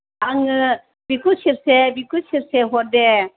आंनो बेखौ सेरसे बेखौ सेरसे हर दे